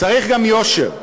צריך גם יושר.